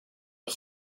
een